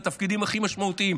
לתפקידים הכי משמעותיים.